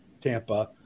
Tampa